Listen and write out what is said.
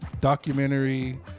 documentary